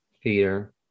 Peter